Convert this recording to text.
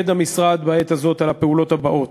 המשרד שוקד בעת הזאת על הפעולות הבאות: